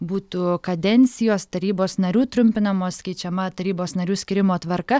būtų kadencijos tarybos narių trumpinamos keičiama tarybos narių skyrimo tvarka